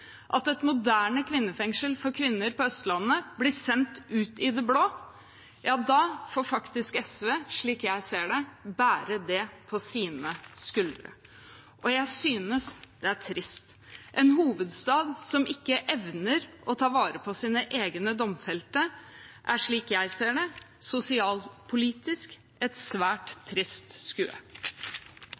et fengsel og et moderne kvinnefengsel på Østlandet blir sendt ut i det blå, får faktisk SV, slik jeg ser det, bære det på sine skuldre. Og jeg synes det er trist – en hovedstad som ikke evner å ta vare på sine egne domfelte, er slik jeg ser det, sosialpolitisk et svært trist skue.